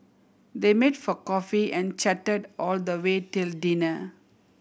they meet for coffee and chatted all the way till dinner